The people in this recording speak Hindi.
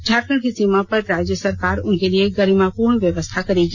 झारखण्ड की सीमा पर राज्य सरकार उनके लिए गरिमापूर्ण व्यवस्था करेगी